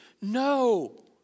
No